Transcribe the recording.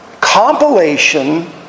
compilation